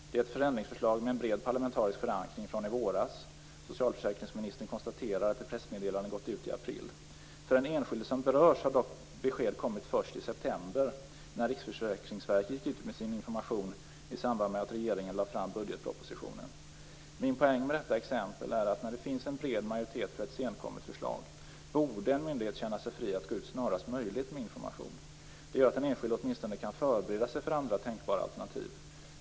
Det är ett förändringsförslag med en bred parlamentarisk förankring från i våras. Socialförsäkringsministern konstaterar att ett pressmeddelande gått ut i april. För den enskilde som berörs har dock besked kommit först i september, när Riksförsäkringsverket gick ut med sin information i samband med att regeringen lade fram budgetpropositionen. Min poäng med detta exempel är att när det finns en bred majoritet för ett senkommet förslag borde en myndighet känna sig fri att gå ut snarast möjligt med information. Det gör att den enskilde åtminstone kan förbereda sig för andra tänkbara alternativ.